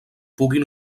puguin